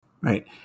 Right